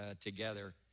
together